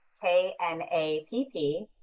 K-N-A-P-P